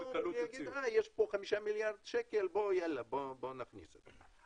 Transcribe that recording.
יגידו שיש פה 5 מיליארד שקל בואו נכניס את זה.